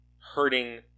hurting